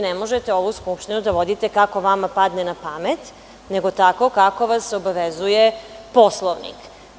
Ne možete ovu Skupštinu da vodite kako vama padne na pamet, nego tako kako vas obavezuje Poslovnik.